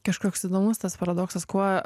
kažkoks įdomus tas paradoksas kuo